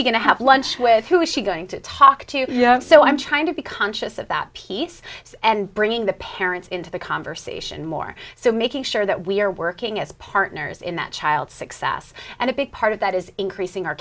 she going to have lunch with who is she going to talk to so i'm trying to be conscious of that piece and bringing the parents into the conversation more so making sure that we're working as partners in that child's success and a big part of that is increasing our